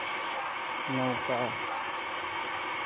ᱱᱳᱣᱠᱟ